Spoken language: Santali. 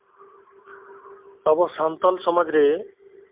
ᱟᱵᱚ ᱥᱟᱱᱛᱟᱞ ᱥᱚᱢᱟᱡᱽ ᱨᱮ